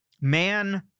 man